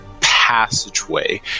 passageway